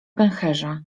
pęcherza